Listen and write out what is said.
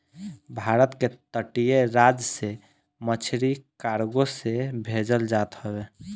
भारत के तटीय राज से मछरी कार्गो से भेजल जात हवे